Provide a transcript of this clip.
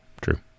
True